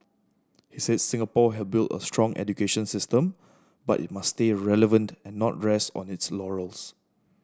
he said Singapore had built a strong education system but it must stay relevant and not rest on its laurels